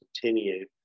continue